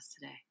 today